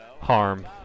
harm